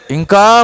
Inka